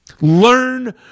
Learn